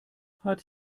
hat